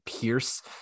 pierce